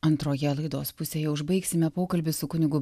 antroje laidos pusėje užbaigsime pokalbį su kunigu